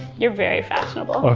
you're very fashionable. oh,